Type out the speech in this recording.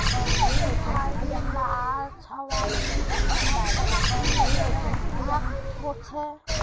सिपाहि लार छावनीत बहुत अच्छी व्यवस्था हो छे